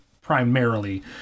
primarily